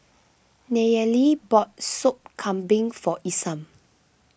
Nayely bought Sop Kambing for Isam